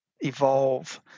evolve